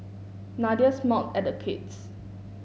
Nadia smiled at the kids